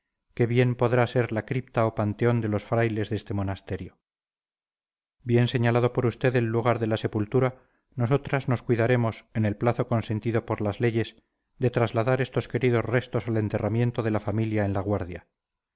que bien podrá ser la cripta o panteón de los frailes de este monasterio bien señalado por usted el lugar de la sepultura nosotras nos cuidaremos en el plazo consentido por las leyes de trasladar estos queridos restos al enterramiento de la familia en la guardia